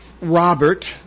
Robert